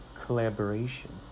collaboration